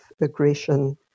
aggression